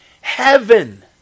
Heaven